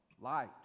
light